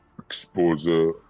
exposure